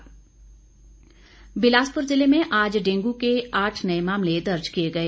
dengue Bilaspur जिले में आज डेंगू के आठ नए मामले दर्ज किए गए